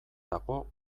dago